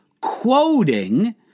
quoting